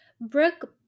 Brooke